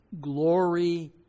glory